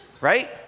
Right